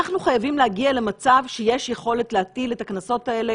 אנחנו חייבים להגיע למצב שיש יכולת להטיל את הקנסות האלה